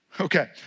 Okay